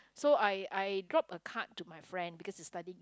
so I I drop a card to my friend because he's studying